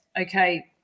okay